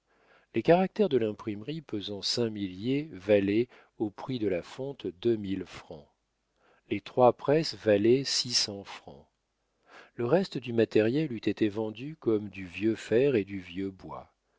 les caractères de l'imprimerie pesant cinq milliers valaient au prix de la fonte deux mille francs les trois presses valaient six cents francs le reste du matériel eût été vendu comme du vieux fer et du vieux bois